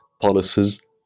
policies